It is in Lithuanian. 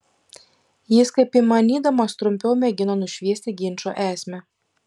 jis kaip įmanydamas trumpiau mėgino nušviesti ginčo esmę